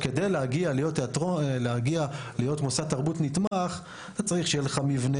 כדי להגיע להיות מוסד תרבות נתמך אתה צריך שיהיה לך מבנה